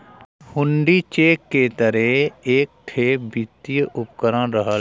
हुण्डी cheque के तरे एक ठे वित्तीय उपकरण रहल